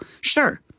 Sure